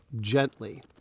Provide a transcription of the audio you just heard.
gently